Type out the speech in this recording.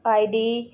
ID